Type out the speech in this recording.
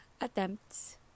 attempts